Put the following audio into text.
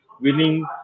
winning